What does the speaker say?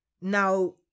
now